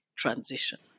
transition